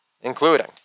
including